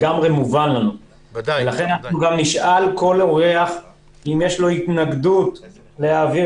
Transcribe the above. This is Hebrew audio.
ולכן אנחנו נשאל כל אורח אם יש לו התנגדות להעביר